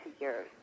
years